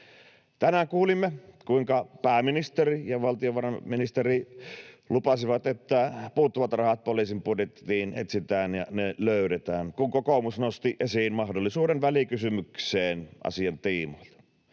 Tänään kuulimme, kuinka pääministeri ja valtiovarainministeri lupasivat, että puuttuvat rahat poliisin budjettiin etsitään ja löydetään, kun kokoomus nosti esiin mahdollisuuden välikysymykseen asian tiimoilta.